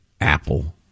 Apple